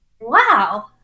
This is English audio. Wow